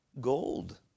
Gold